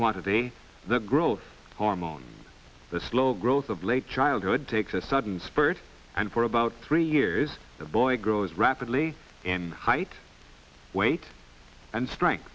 quantity the growth hormone the slow growth of late childhood takes a sudden spurt and for about three years the boy grows rapidly in height weight and strength